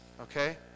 okay